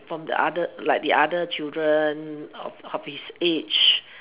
from the other like the other children of his age